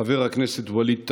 חבר הכנסת ווליד טאהא,